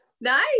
nice